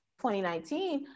2019